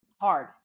hard